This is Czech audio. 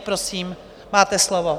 Prosím, máte slovo.